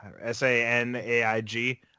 s-a-n-a-i-g